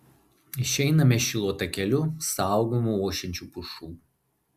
išeiname šilo takeliu saugomu ošiančių pušų